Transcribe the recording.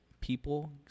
people